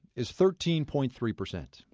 is thirteen point three percent.